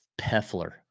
Peffler